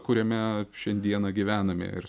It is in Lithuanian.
kuriame šiandieną gyvename ir